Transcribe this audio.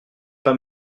pas